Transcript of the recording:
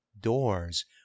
Doors